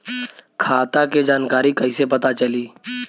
खाता के जानकारी कइसे पता चली?